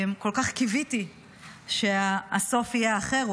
כל כך קיוויתי שהסוף יהיה אחר.